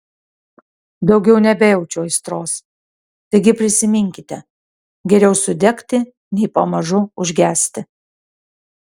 daugiau nebejaučiu aistros taigi prisiminkite geriau sudegti nei pamažu užgesti